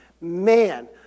man